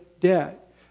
debt